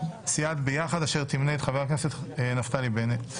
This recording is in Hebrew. סיעת ביחד אשר תמנה את חבר הכנסת נפתלי בנט.